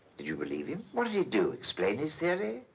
did you believe him? what did he do? explain his theory?